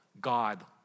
God